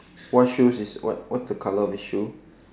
what shoes is what what the colour of his shoe